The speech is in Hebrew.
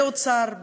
באוצר,